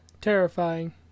terrifying